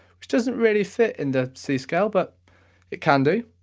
which doesn't really fit in the c scale but it can do,